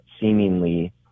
seemingly